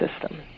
system